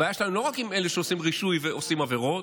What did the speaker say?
הבעיה שלנו היא לא רק עם אלה שעושים רישוי ועושים עבירות,